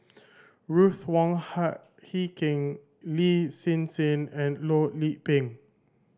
Ruth Wong Hie King Lin Hsin Hsin and Loh Lik Peng